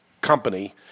company